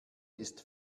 ist